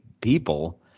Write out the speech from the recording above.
people